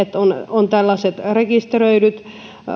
rekisteröidyt